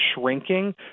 shrinking